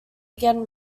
again